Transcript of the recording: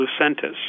Lucentis